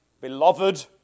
beloved